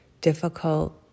difficult